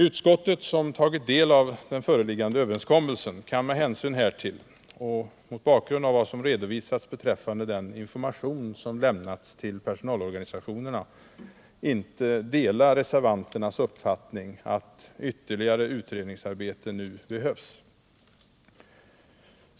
Utskottet, som tagit del av föreliggande överenskommelse, kan med hänsyn härtill och mot bakgrund av vad som redovisats beträffande den information som lämnats till personalorganisationerna inte dela reservanternas uppfattning att ytterligare utredningsarbete behövs.